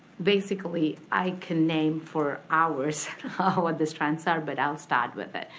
basically i can name for hours what the strengths are but i'll start with it.